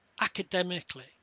academically